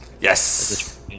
Yes